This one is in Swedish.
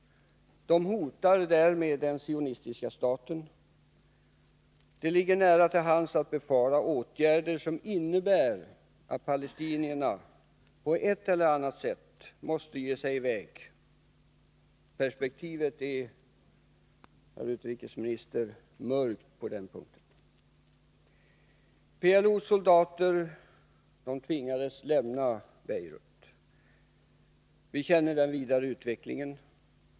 De hotar därmed den sionistiska staten. Det ligger nära till hands att befara åtgärder som innebär att palestinierna på ett eller annat sätt måste ge sig i väg. Perspektivet är, herr utrikesminister, på den punkten mörkt. PLO:s soldater tvingades lämna Beirut. Den vidare utvecklingen känner vi.